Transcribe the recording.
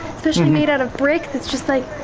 especially made out of brick, that's just like